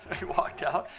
he walked out